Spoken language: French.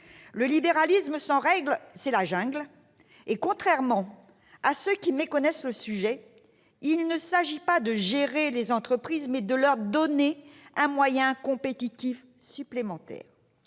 Le libéralisme sans règle, c'est la jungle. Contrairement à ceux qui méconnaissent le sujet, il ne s'agit pas de gérer les entreprises, mais de leur donner un moyen compétitif supplémentaire.